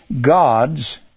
God's